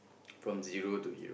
from zero to hero